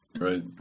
Right